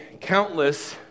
countless